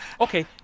Okay